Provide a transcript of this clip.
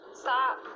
Stop